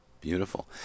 Beautiful